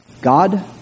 God